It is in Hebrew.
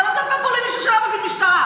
אתה לא מדבר פה למישהו שלא מבין משטרה.